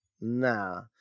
Nah